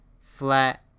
flat